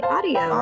Audio